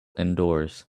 indoors